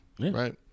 right